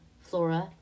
Flora